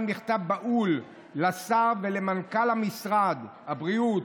מכתב בהול לשר ולמנכ"ל משרד הבריאות.